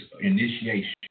initiation